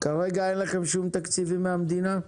כרגע אין לכם שום תקציבים מהמדינה?